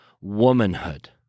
womanhood